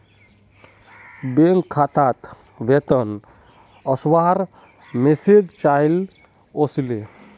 bank खातात वेतन वस्वार मैसेज चाइल ओसीले